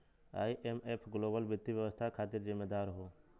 IMF global वित्तीय व्यवस्था खातिर जिम्मेदार हौ